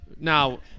Now